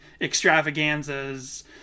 extravaganzas